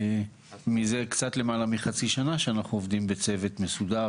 מזה קצת למעלה מחצי שנה שאנחנו עובדים בצוות מסודר